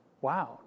Wow